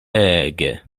ege